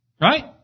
right